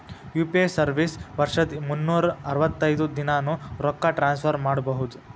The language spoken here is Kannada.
ಯು.ಪಿ.ಐ ಸರ್ವಿಸ್ ವರ್ಷದ್ ಮುನ್ನೂರ್ ಅರವತ್ತೈದ ದಿನಾನೂ ರೊಕ್ಕ ಟ್ರಾನ್ಸ್ಫರ್ ಮಾಡ್ಬಹುದು